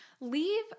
leave